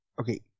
Okay